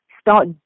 Start